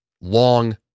Long